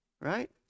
Right